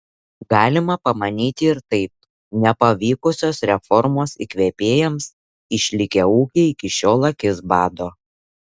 galima pamanyti ir taip nepavykusios reformos įkvėpėjams išlikę ūkiai iki šiol akis bado